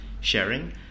sharing